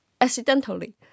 accidentally